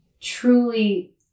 truly